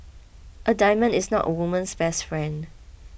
a diamond is not a woman's best friend